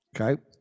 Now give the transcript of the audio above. Okay